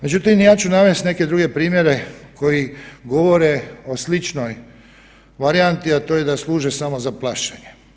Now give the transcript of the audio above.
Međutim, ja ću navesti neke druge primjere koji govore o sličnoj varijanti, a to je da služe samo za plašenje.